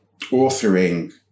authoring